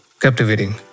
captivating